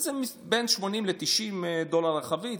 זה בין 80 ל-90 דולר לחבית.